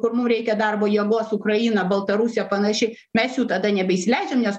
kur mum reikia darbo jėgos ukrainą baltarusija panaši mes jų tada nebeįsileidžiam nes